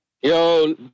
Yo